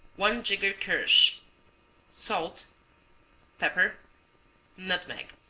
one jigger kirsch salt pepper nutmeg